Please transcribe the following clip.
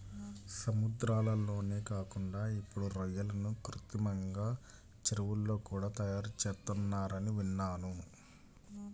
సముద్రాల్లోనే కాకుండా ఇప్పుడు రొయ్యలను కృత్రిమంగా చెరువుల్లో కూడా తయారుచేత్తన్నారని విన్నాను